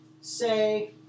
say